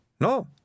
No